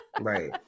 Right